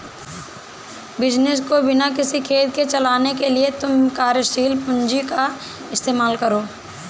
business को बिना किसी खेद के चलाने के लिए तुम कार्यशील पूंजी का इस्तेमाल करो